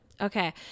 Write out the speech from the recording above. Okay